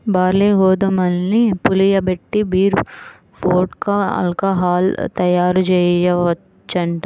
barley, గోధుమల్ని పులియబెట్టి beer, vodka, alcohol తయ్యారుజెయ్యొచ్చంట